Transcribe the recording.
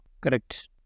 Correct